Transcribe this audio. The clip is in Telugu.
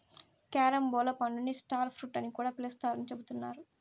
క్యారంబోలా పండుని స్టార్ ఫ్రూట్ అని కూడా పిలుత్తారని చెబుతున్నారు